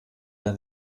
der